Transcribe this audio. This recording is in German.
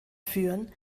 führen